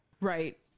Right